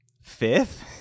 fifth